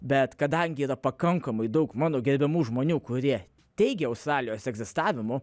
bet kadangi yra pakankamai daug mano gerbiamų žmonių kurie teigia australijos egzistavimu